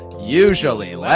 usually